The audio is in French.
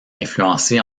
influencé